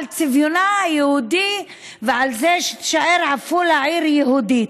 צביונה היהודי ועל זה שעפולה תישאר עיר יהודית.